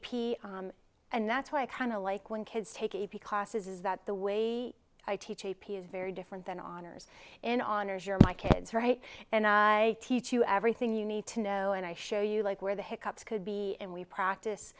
p and that's why i kind of like when kids take a p classes is that the way i teach a p is very different than honors in honors you're my kids right and i teach you everything you need to know and i show you like where the hiccups could be and we practice